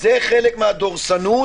זה חלק מהדורסנות